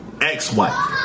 Ex-wife